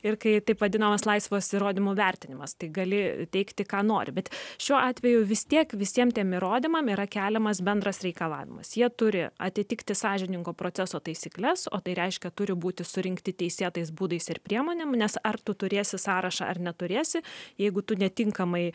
ir kai taip vadinamas laisvas įrodymų vertinimas tai gali teikti ką nori bet šiuo atveju vis tiek visiem tiem įrodymam yra keliamas bendras reikalavimas jie turi atitikti sąžiningo proceso taisykles o tai reiškia turi būti surinkti teisėtais būdais ir priemonėm nes ar tu turėsi sąrašą ar neturėsi jeigu tu netinkamai